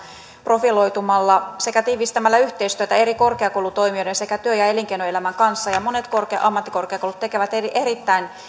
profiloitumalla sekä tiivistämällä yhteistyötä eri korkeakoulutoimijoiden sekä työ ja elinkeinoelämän kanssa ja monet ammattikorkeakoulut tekevät erittäin